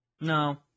No